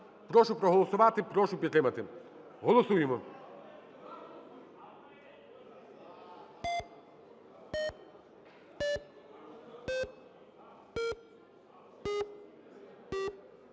і проголосувати. Прошу підтримати. Голосуємо!